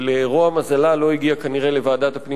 שלרוע מזלה לא הגיעה כנראה לוועדת הפנים